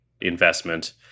investment